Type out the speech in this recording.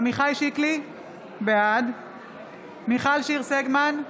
עמיחי שיקלי, בעד מיכל שיר סגמן,